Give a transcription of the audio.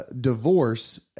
divorce